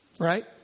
Right